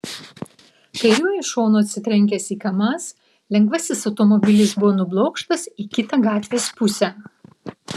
kairiuoju šonu atsitrenkęs į kamaz lengvasis automobilis buvo nublokštas į kitą gatvės pusę